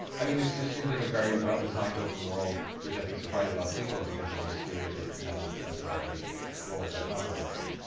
i mean it just seems like a very well designed open world which i think surprised a lot of people because it was a studio that hadn't necessarily explored that genre before.